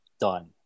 done